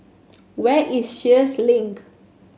where is Sheares Link